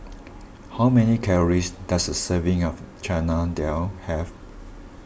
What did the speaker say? how many calories does a serving of Chana Dal have